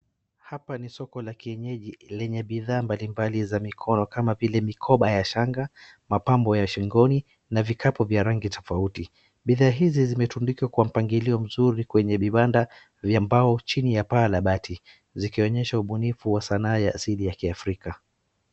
Hapa ni soko la kienyeji lenye bidhaa mbalimbali za mikono kama vile mikoba ya shanga, mapambo ya shingoni na vikapu vya rangi tofauti. Bidhaa hizi zimetundika kwa mpanglio mzuri kwenye viwanada vya mbao chini ya paa la bati. zikionesha ubunifu wa sanaa za sili ya kiAfrika.